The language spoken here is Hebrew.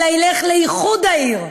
אלא ילך לאיחוד העיר,